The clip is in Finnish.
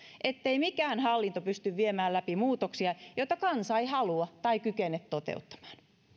ettei mikään hallinto pysty viemään läpi muutoksia joita kansa ei halua tai kykene toteuttamaan